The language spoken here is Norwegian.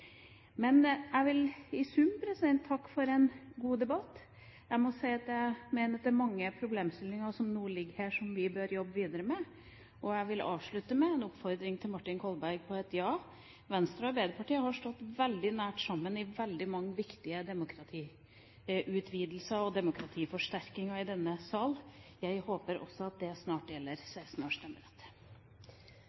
Jeg vil i sum takke for en god debatt. Jeg mener det er mange problemstillinger som nå ligger her, som vi bør jobbe videre med. Jeg vil avslutte med en oppfordring til Martin Kolberg: Ja, Venstre og Arbeiderpartiet har stått veldig nært sammen i veldig mange viktige demokratiutvidelser og demokratiforsterkinger i denne sal. Jeg håper også at det snart gjelder